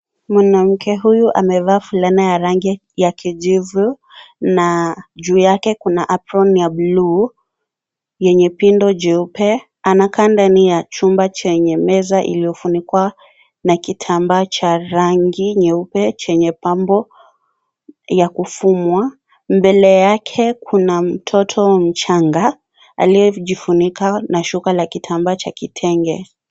Mwanamke huyu ame vaa fulana ya rangi ya kijivu, na, juu yake kuna aproni ya (cs)blue (cs), yenye pindo jeupe, anakaa ndani ya chumba chenye meza iliyofunikwa na kitambaa chenye rangi, nyeupe, chenye pambo, ya kufumwa, mbele yake kuna mtoto mchanga, aliyejifunika na shuka la kitambaa la kitenge.